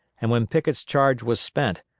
and when pickett's charge was spent,